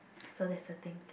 so that's the thing